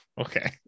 Okay